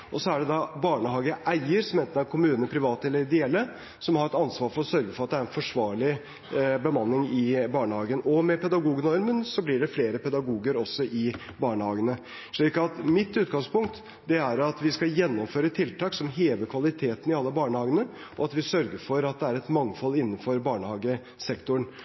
og at vi lager et gulv. Så er det da barnehageeier – som enten er kommunen, private eller ideelle – som har ansvar for å sørge for at det er en forsvarlig bemanning i barnehagen. Med pedagognormen blir det flere pedagoger også i barnehagene. Mitt utgangspunkt er at vi skal gjennomføre tiltak som hever kvaliteten i alle barnehagene, og at vi sørger for at det er et mangfold innenfor barnehagesektoren.